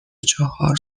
چهار